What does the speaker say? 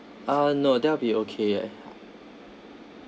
uh no that'll be okay